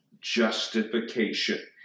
justification